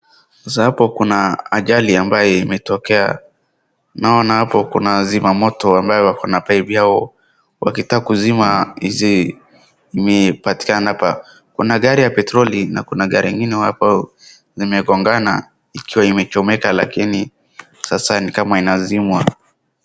Sasa hapo kuna ajali ambaye imetokea. Naona hapo kuna zima moto ambaye wako na pipe yao wakitaka kuzima hizi ni patikana hapa. Kuna gari ya petroli na kuna gari ingine hapo zimegongana ikiwa imechomeka lakini sasa ni kama inazimwa.